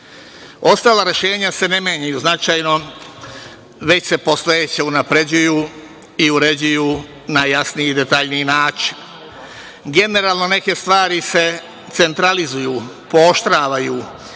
rešenja se ne menjaju značajno, već se postojeća unapređuju i uređuju na jasniji i detaljniji način. Generalno, neke stvari se centralizuju, pooštravaju,